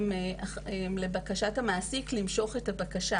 הן לבקשת המעסיק למשוך את הבקשה.